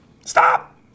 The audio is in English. Stop